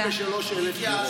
50,000 53,000. לא, 53,000 דירות.